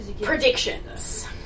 predictions